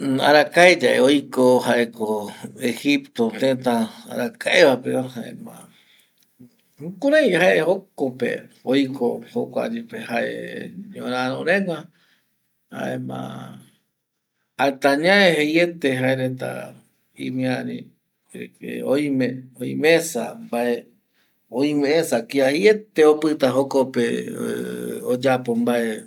Arakae yae oiko jaeko egipto teta arakae va pe va jaema jukurai jae jokope oiko, jokua yepe jae ñoraro regua jaema hasta añae jeiete jae reta imiari de que oime, oimesa mbae oimesa kia jeiete opita jokope oyapo mbae